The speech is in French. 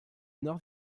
nord